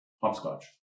hopscotch